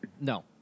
No